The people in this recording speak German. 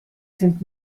sind